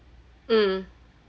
mm